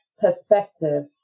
perspective